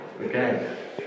Okay